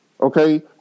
Okay